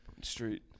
Street